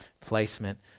placement